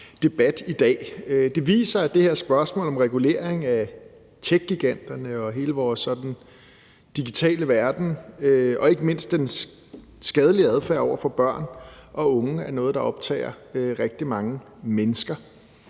Det viser, at det her spørgsmål om regulering af techgiganterne og hele vores sådan digitale verden og ikke mindst dens skadelige adfærd over for børn og unge er noget, der optager rigtig mange mennesker